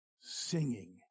singing